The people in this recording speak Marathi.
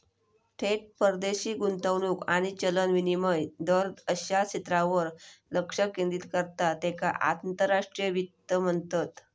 थेट परदेशी गुंतवणूक आणि चलन विनिमय दर अश्या क्षेत्रांवर लक्ष केंद्रित करता त्येका आंतरराष्ट्रीय वित्त म्हणतत